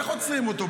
איך עוצרים אותו?